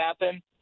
happen